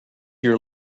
your